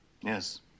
Yes